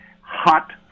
hot